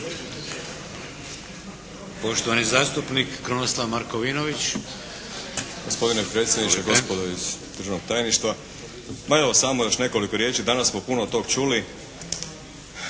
**Markovinović, Krunoslav (HDZ)** Gospodine predsjedniče, gospodo iz državnog tajništva pa evo samo još nekoliko riječi danas smo puno tog čuli.